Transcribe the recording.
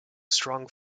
strong